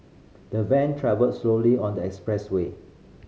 the van travelled slowly on the expressway